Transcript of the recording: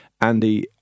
Andy